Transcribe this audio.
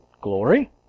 Glory